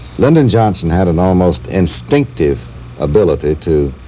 lyndon johnson had an almost instinctive ability to